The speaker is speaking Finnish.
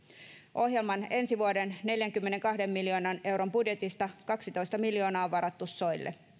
ohjelman ensi vuoden neljänkymmenenkahden miljoonan euron budjetista kaksitoista miljoonaa on varattu soille